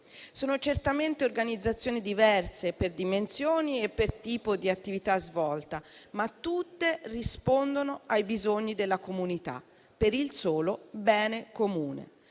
Sono certamente organizzazioni diverse per dimensioni e per tipo di attività svolta, ma tutte rispondono ai bisogni della comunità per il solo bene comune.